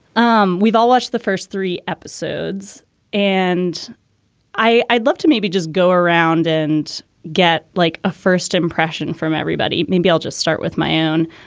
um we've all watched the first three episodes and i'd love to maybe just go around and get like a first impression from everybody. maybe i'll just start with my own.